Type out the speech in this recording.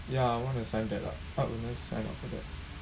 ya I want to sign that up how would I sign up for that